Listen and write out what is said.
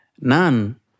None